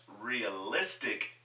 realistic